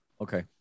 Okay